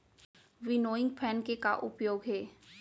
Winnowing fan के का उपयोग हे?